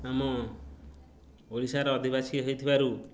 ଆମ ଓଡ଼ିଶାର ଅଧିବାସୀ ହେଇଥିବାରୁ